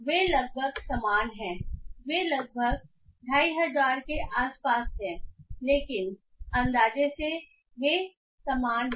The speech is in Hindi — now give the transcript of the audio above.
वे लगभग समान है वे लगभग 2500 के आसपास हैं लेकिन अंदाजे से वे समान हैं